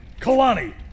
Kalani